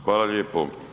Hvala lijepo.